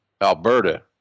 Alberta